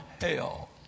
hell